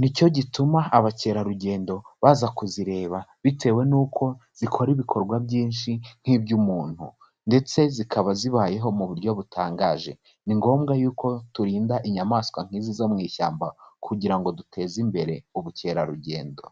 Ni cyo gituma abakerarugendo baza kuzireba bitewe nuko zikora ibikorwa byinshi nk'iby'umuntu ndetse zikaba zibayeho mu buryo butangaje. Ni ngombwa yuko turinda inyamaswa nk'izi zo mu ishyamba kugira ngo duteze imbere ubukerarugendo.